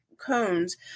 cones